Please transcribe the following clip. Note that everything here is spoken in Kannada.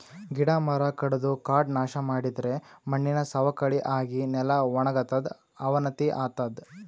ಗಿಡ ಮರ ಕಡದು ಕಾಡ್ ನಾಶ್ ಮಾಡಿದರೆ ಮಣ್ಣಿನ್ ಸವಕಳಿ ಆಗಿ ನೆಲ ವಣಗತದ್ ಅವನತಿ ಆತದ್